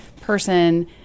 person